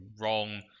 wrong